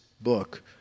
book